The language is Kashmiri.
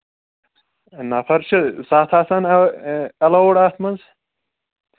نَفر چھِ سَتھ آسان اٮ۪لاوُڈ اَتھ منٛز